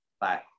Bye